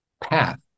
path